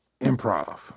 improv